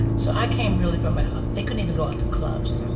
so i came really from a they couldn't even go out to clubs.